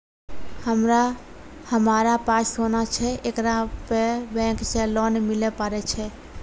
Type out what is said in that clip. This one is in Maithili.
हमारा पास सोना छै येकरा पे बैंक से लोन मिले पारे छै?